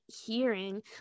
hearing